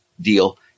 deal